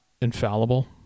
infallible